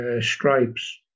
stripes